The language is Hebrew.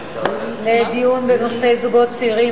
לדיון בנושא זוגות צעירים,